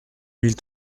mille